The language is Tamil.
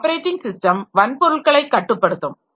ஆப்பரேட்டிங் ஸிஸ்டம் வன்பொருள்களை கட்டுப்படுத்தும்